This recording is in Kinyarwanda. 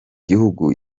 gihugu